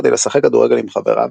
כדי לשחק כדורגל עם חבריו.